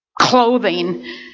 clothing